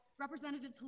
Representative